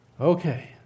Okay